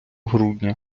грудня